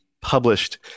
published